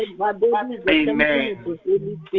Amen